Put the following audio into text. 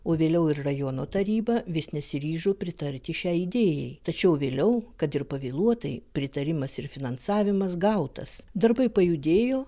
o vėliau ir rajono taryba vis nesiryžo pritarti šiai idėjai tačiau vėliau kad ir pavėluotai pritarimas ir finansavimas gautas darbai pajudėjo